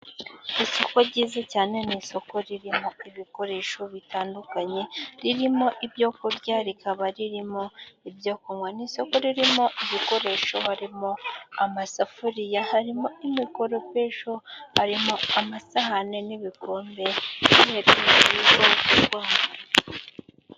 Isoko ryiza cyane mu isoko ririmo ibikoresho bitandukanye ririmo ibyo kurya rikaba ririmo ibyo kunywa, ni isoko ririmo ibikoresho harimo amasafuriya harimo imikoropesho, harimo amasahane n'ibikombe.......